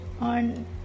on